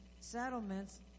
settlements